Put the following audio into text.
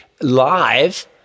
live